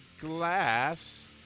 Glass